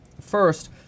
First